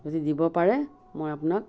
যদি দিব পাৰে মই আপোনাক